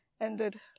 ended